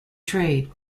trade